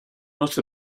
not